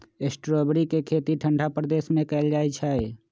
strawberry के खेती ठंडा प्रदेश में कएल जाइ छइ